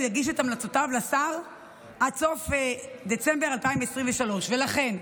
יגיש את המלצותיו לשר עד סוף דצמבר 2023. ולכן,